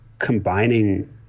combining